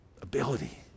ability